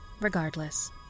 Regardless